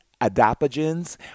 adaptogens